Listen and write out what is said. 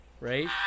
right